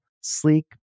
sleek